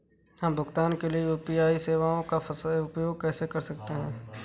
हम भुगतान के लिए यू.पी.आई सेवाओं का उपयोग कैसे कर सकते हैं?